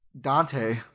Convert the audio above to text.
Dante